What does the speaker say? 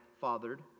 fathered